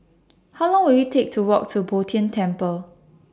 How Long Will IT Take to Walk to Bo Tien Temple